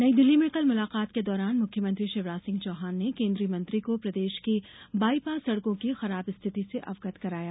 नई दिल्ली में कल मुलाकात के दौरान मुख्यमंत्री शिवराज सिंह चौहान ने केन्द्रीय मंत्री को प्रदेश की बाईपास सड़कों की खराब स्थिति से अवगत कराया